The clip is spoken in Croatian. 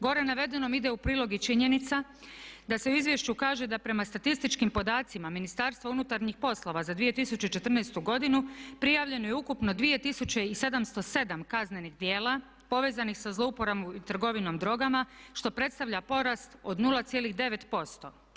Gore navedenom ide u prilog i činjenica da se u izvješću kaže da prema statističkim podacima Ministarstva unutarnjih poslova za 2014. godinu prijavljeno je ukupno 2707 kaznenih djela povezanih sa zlouporabom i trgovinom drogama što predstavlja porast od 0,9%